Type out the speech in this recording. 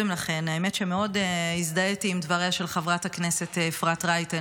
האמת שמאוד הזדהיתי עם דבריה של חברת הכנסת אפרת רייטן,